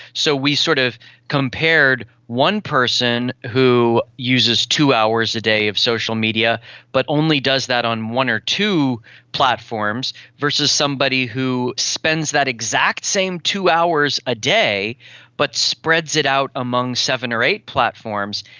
so we sort of compared one person who uses two hours a day of social media but only does that on one or two platforms, versus somebody who spends that exact same two hours a day but spreads it out among seven or eight platforms.